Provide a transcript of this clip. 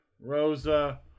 Rosa